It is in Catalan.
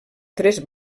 tres